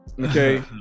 Okay